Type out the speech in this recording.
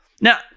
Now